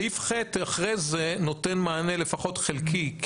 סעיף (ח) אחרי זה נותן מענה, לפחות חלקי.